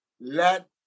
let